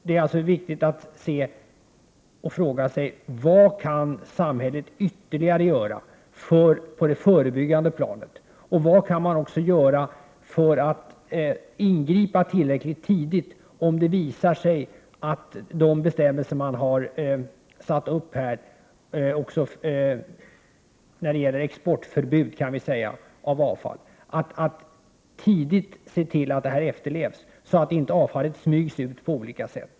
Det är viktigt att fråga sig: Vad kan samhället ytterligare göra på det förebyggande planet? Och på vad sätt kan samhället ingripa tillräckligt tidigt, om det visar sig att de bestämmelser man infört också när det gäller ”exportförbud” för avfall inte efterlevs, för att förhindra att avfallet inte smygs ut på olika sätt?